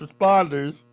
responders